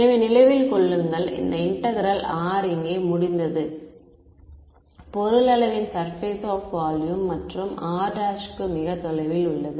எனவே நினைவில் கொள்ளுங்கள் இந்த இன்டெக்ரேல் r இங்கே முடிந்தது பொருள் அளவின் சர்பேஸ் ஆப் வால்யூம் மற்றும் r' க்கு மிக தொலைவில் உள்ளது